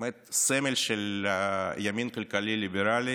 ובאמת הסמל של הימין הכלכלי הליברלי,